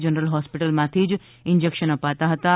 general હોસ્પિટલમાંથી જ injection અપાતાં હતાં